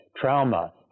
trauma